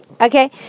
Okay